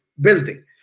building